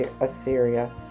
Assyria